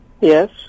Yes